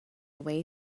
way